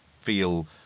feel